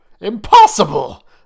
Impossible